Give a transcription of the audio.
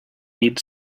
needed